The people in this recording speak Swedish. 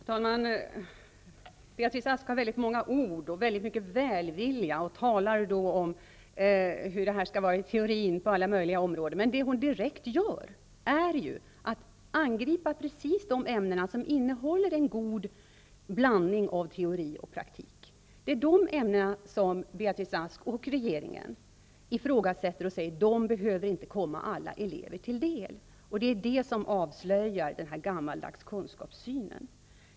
Fru talman! Beatrice Ask använder väldigt många ord, har mycket välvilja och talar om hur detta skall vara i teorin på alla möjliga områden. Men det som hon direkt gör är ju att hon angriper precis de ämnen som innehåller en god blandning av teori och praktik. Det är dessa ämnen som Beatrice Ask och regeringen ifrågasätter genom att säga att de inte behöver komma alla elever till del. Detta avslöjar en gammaldags kunskapssyn.